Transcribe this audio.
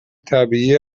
طبیعی